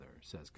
says